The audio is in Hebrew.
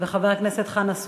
וחבר הכנסת חנא סוייד.